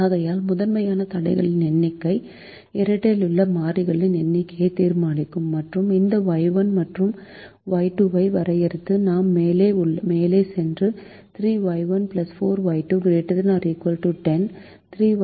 ஆகையால் முதன்மையான தடைகளின் எண்ணிக்கை இரட்டையிலுள்ள மாறிகளின் எண்ணிக்கையை தீர்மானிக்கும் மற்றும் இந்த Y1 மற்றும் Y2 ஐ வரையறுத்து நாம் மேலே சென்று 3Y1 4Y2 ≥ 10 3Y1 3Y2 ≥ 9